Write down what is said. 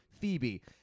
Phoebe